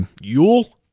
Yule